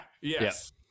Yes